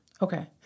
Okay